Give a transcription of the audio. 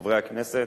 חברי הכנסת,